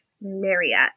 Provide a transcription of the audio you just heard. Marriott